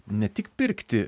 ne tik pirkti